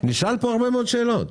נשאלת פה הרבה מאוד שאלות.